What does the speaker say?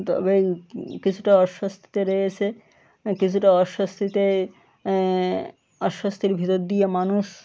তবে কিছুটা অস্বস্তিতে রয়েছে কিছুটা অস্বস্তিতে অস্বস্তির ভিতর দিয়ে মানুষ